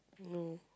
no